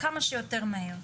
כמה שיותר מהר.